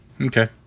Okay